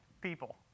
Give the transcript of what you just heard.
People